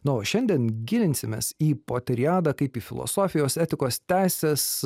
na o šiandien gilinsimės į poteriadą kaip į filosofijos etikos teisės